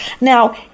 Now